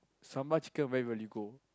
sambal chicken really really cold